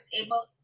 able